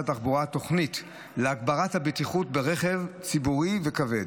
התחבורה תוכנית להגברת הבטיחות ברכב ציבורי וכבד.